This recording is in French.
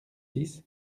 six